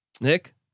Nick